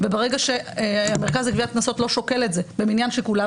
ברגע שהמרכז לגביית קנסות לא שוקל את זה במניין שיקוליו,